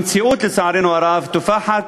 המציאות, לצערנו הרב, טופחת